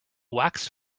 waxed